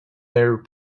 their